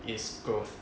is growth